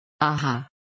Aha